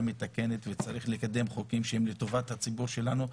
מתקנת וצריך לקדם חוקים שהם לטובת הציבור שלנו,